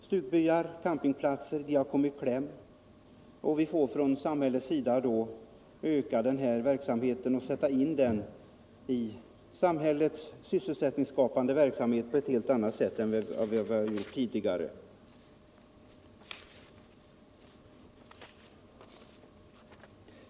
Stugbyarna och campingplatserna har kommit i kläm — alltså måste vi från samhällets sida öka de verksamheterna och sätta in dem i samhällets sysselsättningsskapande åtgärder på ett helt annat sätt än vi har gjort tidigare.